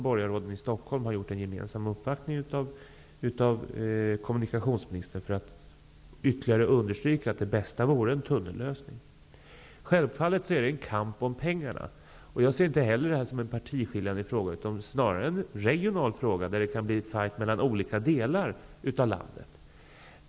Borgarråden i Stockholm har gemensamt uppvaktat kommunikationsministern för att ytterligare understryka att det bästa vore en tunnellösning. Självfallet är det fråga om en kamp om pengarna. Inte heller jag ser det här som en partiskiljande fråga. Snarare är det en regional fråga, där det kan bli en fight mellan olika delar av landet.